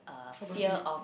how to sleep